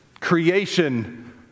creation